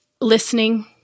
listening